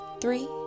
three